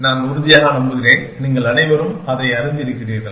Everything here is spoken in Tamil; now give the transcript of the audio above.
நான் உறுதியாக நம்புகிறேன் நீங்கள் அனைவரும் அதை அறிந்திருக்கிறீர்கள்